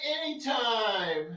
anytime